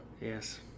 Yes